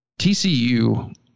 TCU